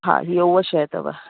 हा इहो हुओ शइ अथव